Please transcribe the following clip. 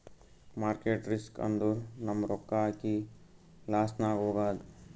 market risk ಅಂದುರ್ ನಮ್ ರೊಕ್ಕಾ ಹಾಕಿ ಲಾಸ್ನಾಗ್ ಹೋಗದ್